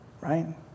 Right